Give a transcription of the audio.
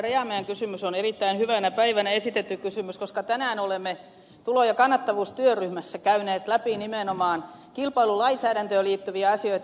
rajamäen kysymys on erittäin hyvänä päivänä esitetty kysymys koska tänään olemme tulo ja kannattavuustyöryhmässä käyneet läpi nimenomaan kilpailulainsäädäntöön liittyviä asioita